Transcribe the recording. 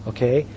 Okay